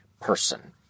person